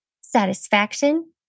satisfaction